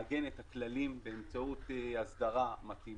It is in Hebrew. המשרד יבחן את התוכנית ויעגן את הכללים באמצעות אסדרה מתאימה,